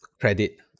credit